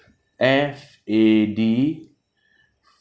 F A D